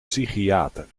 psychiater